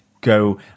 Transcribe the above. go